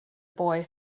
boy